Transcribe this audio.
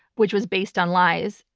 which was based on lies,